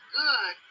good